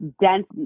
dense